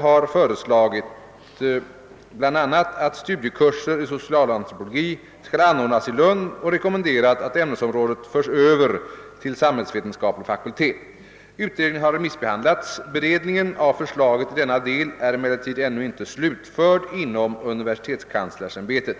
har föreslagit bl.a. att studiekurser i socialantropologi skall anordnas i Lund och rekommenderat att ämnesområdet förs över till samhällsvetenskaplig fakultet. Utredningen har remissbehandlats. Beredningen av förslaget i denna del är emellertid ännu inte slutförd inom universitetskanslersämbetet.